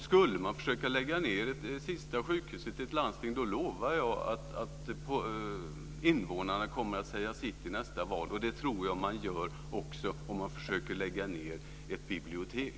Skulle man försöka lägga ned det sista sjukhuset i ett landsting lovar jag att invånarna kommer att säga sitt i nästa val. Det tror jag att de gör också om man försöker lägga ned ett bibliotek.